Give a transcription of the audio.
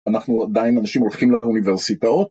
אנחנו עדיין אנשים הולכים לאוניברסיטאות.